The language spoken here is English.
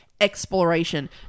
exploration